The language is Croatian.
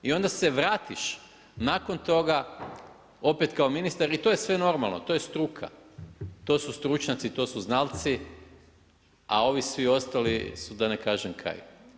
I onda se vratiš nakon toga, opet kao ministar i to je sve normalno, to je struka, to su stručnjaci, to su znalci a ovi svi ostali su da ne kažem kaj.